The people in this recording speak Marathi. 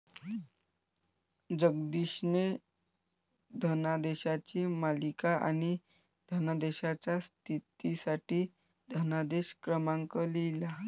जगदीशने धनादेशांची मालिका आणि धनादेशाच्या स्थितीसाठी धनादेश क्रमांक लिहिला